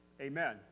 Amen